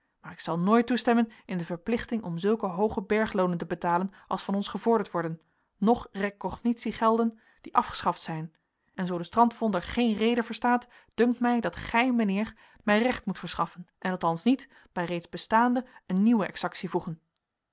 maar ik zal nooit toestemmen in de verplichting om zulke hooge bergloonen te betalen als van ons gevorderd worden noch recognitiegelden die afgeschaft zijn en zoo de strandvonder geen rede verstaat dunkt mij dat gij mijnheer mij recht moet verschaffen en althans niet bij reeds bestaande een nieuwe exactie voegen